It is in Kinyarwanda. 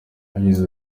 yagize